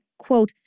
Quote